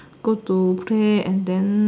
go to bed and then